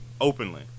Openly